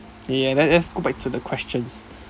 okay let's go back to the questions